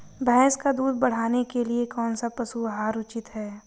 भैंस का दूध बढ़ाने के लिए कौनसा पशु आहार उचित है?